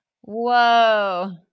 Whoa